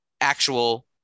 actual